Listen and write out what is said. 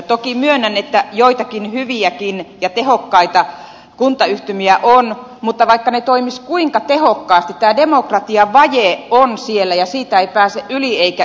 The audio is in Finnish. toki myönnän että joitakin hyviäkin ja tehokkaita kuntayhtymiä on mutta vaikka ne toimisivat kuinka tehokkaasti tämä demokratiavaje on siellä ja siitä ei pääse yli eikä ympäri